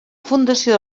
fundació